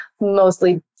mostly